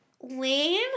Wayne